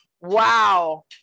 Wow